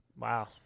Wow